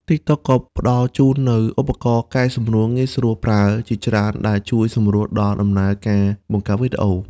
TikTok ក៏ផ្តល់ជូននូវ ឧបករណ៍កែសម្រួលងាយស្រួលប្រើ ជាច្រើនដែលជួយសម្រួលដល់ដំណើរការបង្កើតវីដេអូ។